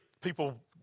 people